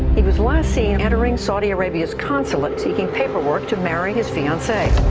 he was last seen entering saudi arabia's consulate, taking paperwork to marry his fiancee.